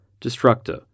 Destructor